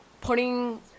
Putting